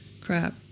Crap